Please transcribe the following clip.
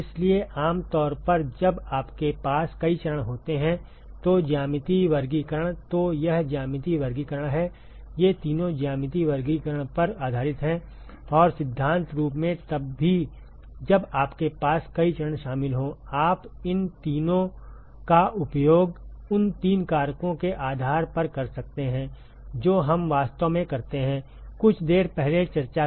इसलिए आम तौर पर जब आपके पास कई चरण होते हैं तो ज्यामितीय वर्गीकरण तो यह ज्यामिति वर्गीकरण है ये तीनों ज्यामितीय वर्गीकरण पर आधारित हैं और सिद्धांत रूप में तब भी जब आपके पास कई चरण शामिल हों आप इन तीनों का उपयोग उन तीन कारकों के आधार पर कर सकते हैं जो हम वास्तव में करते हैं कुछ देर पहले चर्चा की